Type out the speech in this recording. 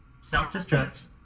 self-destruct